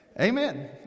amen